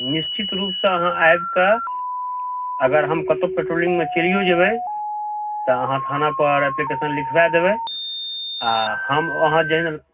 निश्चित रूपसँ अहाँ आबिक अगर हम कतौ पेट्रोलिंगमे चलियो जेबै तऽ अहाँ थाना पर एप्लीकेशन लिखबा देबै आ हम अहाँ जहन